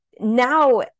now